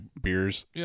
beers